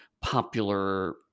popular